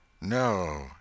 No